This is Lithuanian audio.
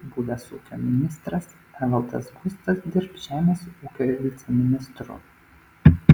buvęs ūkio ministras evaldas gustas dirbs žemės ūkio viceministru